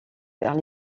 vers